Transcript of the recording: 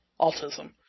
autism